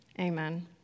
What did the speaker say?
amen